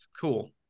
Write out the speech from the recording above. Cool